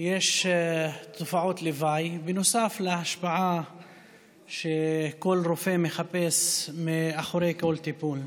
יש תופעות לוואי נוסף להשפעה שכל רופא מחפש בכל טיפול.